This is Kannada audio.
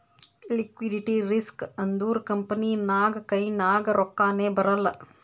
ಲಿಕ್ವಿಡಿಟಿ ರಿಸ್ಕ್ ಅಂದುರ್ ಕಂಪನಿ ನಾಗ್ ಕೈನಾಗ್ ರೊಕ್ಕಾನೇ ಬರಲ್ಲ